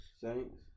Saints